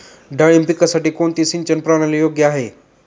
डाळिंब पिकासाठी कोणती सिंचन प्रणाली योग्य आहे?